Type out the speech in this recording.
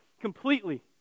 completely